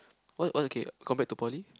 what what okay compared to poly